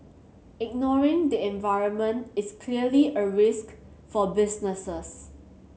ignoring the environment is clearly a risk for businesses